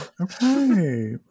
Okay